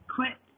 Quit